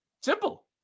simple